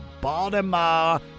baltimore